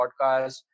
podcasts